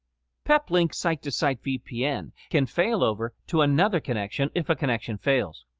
peplink site-to-site vpn can failover to another connection if a connection fails.